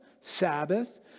Sabbath